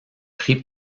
pris